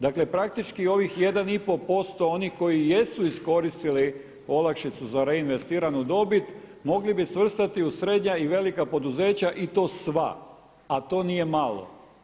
Dakle praktički ovih 1,5% onih koji jesu iskoristili olakšicu za reinvestiranu dobit mogli bi svrstati u srednja i velika poduzeća i to sva, a to nije malo.